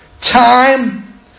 time